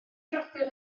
frodyr